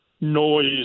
noise